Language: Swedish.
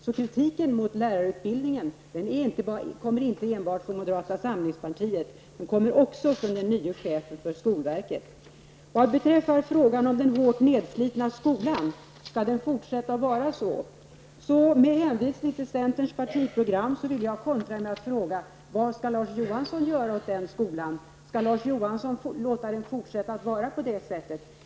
Så kritiken mot lärarutbildningen kommer inte enbart från moderata samlingspartiet utan också från den nye chefen för skolverket. Sedan frågar Larz Johansson om den hårt nedslitna skolan skall få fortsätta att vara sådan. Med hänsyn till centerns partiprogram vill jag kontra med att fråga: Vad skall Larz Johansson göra åt den? Skall Larz Johansson låta den fortsätta att vara på det viset?